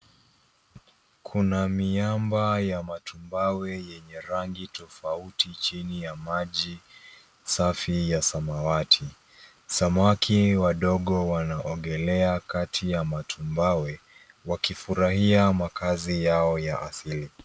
Kuna miamba ya matumbawe yenye rangi tofauti chini ya maji safi ya samawati, samaki wadogo wanaogelea kati ya matumbawe wakifurahia makaazi yao ya asili.